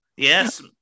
Yes